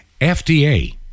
FDA